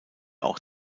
auch